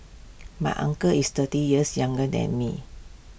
my uncle is thirty years younger than me